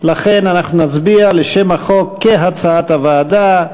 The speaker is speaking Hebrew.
לכן אנחנו נצביע על שם החוק כהצעת הוועדה.